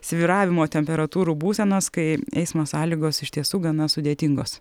svyravimo temperatūrų būsenos kai eismo sąlygos iš tiesų gana sudėtingos